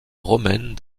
romaine